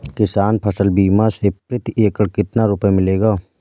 किसान फसल बीमा से प्रति एकड़ कितना रुपया मिलेगा?